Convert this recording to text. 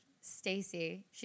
Stacy